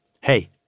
Hey